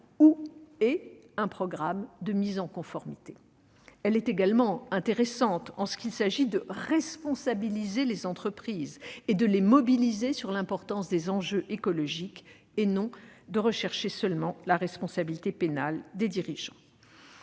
ou/et un programme de mise en conformité. Elle est également intéressante en ce qu'il s'agit de responsabiliser les entreprises et de les mobiliser sur l'importance des enjeux écologiques, et non de rechercher seulement la responsabilité pénale des dirigeants.